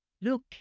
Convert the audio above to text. Look